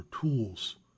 tools